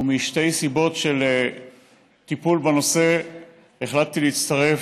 ומשתי סיבות של טיפול בנושא החלטתי להצטרף,